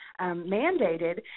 mandated